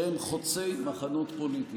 שדיברו אחד-אחד על פחד.